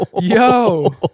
Yo